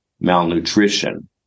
malnutrition